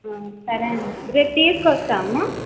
సరే అండి రేపు తీసుకొస్తాము